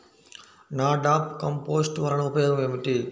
NADEP compost వలన ఉపయోగం ఏమిటి?